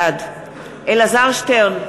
בעד אלעזר שטרן,